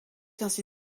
ainsi